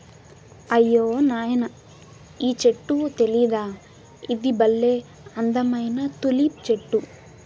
అయ్యో నాయనా ఈ చెట్టు తెలీదా ఇది బల్లే అందమైన తులిప్ చెట్టు